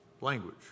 language